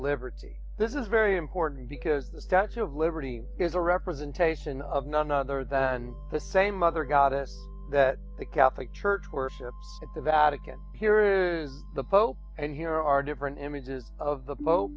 liberty this is very important because the statue of liberty is a representation of none other than the same mother got it that the catholic church or the vatican here is the pope and here are different images of the